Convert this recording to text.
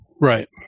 Right